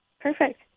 Perfect